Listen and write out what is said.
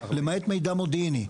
למעט מידע מודיעיני.